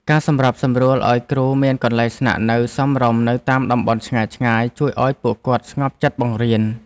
ការសម្របសម្រួលឱ្យគ្រូមានកន្លែងស្នាក់នៅសមរម្យនៅតាមតំបន់ឆ្ងាយៗជួយឱ្យពួកគាត់ស្ងប់ចិត្តបង្រៀន។